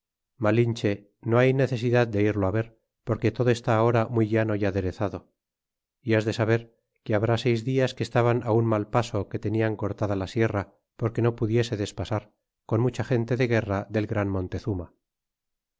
malinche no hay necesidad de irlo ver porque todo está ahora muy llano é aderezado e has de saber que habrá seis dias que estaban un mal paso que tenian cortada la sierra porque no pudiesedes pasar con mucha gente de guerra del gran montezurna